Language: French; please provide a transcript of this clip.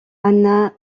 ana